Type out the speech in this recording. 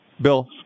Bill